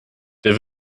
der